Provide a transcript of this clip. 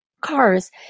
cars